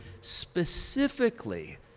specifically